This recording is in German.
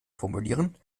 formulieren